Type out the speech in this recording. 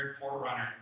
forerunner